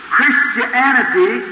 Christianity